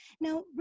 Now